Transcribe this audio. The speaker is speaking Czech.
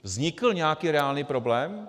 Vznikl nějaký reálný problém?